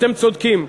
אתם צודקים.